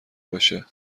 باشه